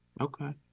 Okay